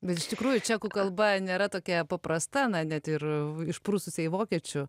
bet iš tikrųjų čekų kalba nėra tokia paprasta na net ir išprususiai vokiečių